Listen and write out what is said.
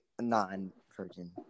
non-virgin